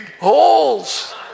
holes